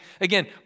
again